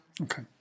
Okay